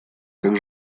как